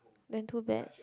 then too bad